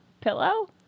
Pillow